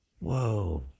Whoa